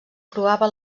provava